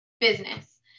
business